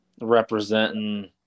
representing